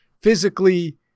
physically